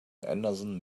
anderson